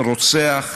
"רוצח".